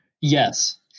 Yes